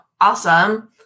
awesome